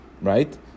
right